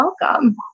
welcome